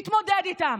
תתמודד איתם.